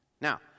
Now